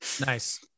nice